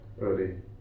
early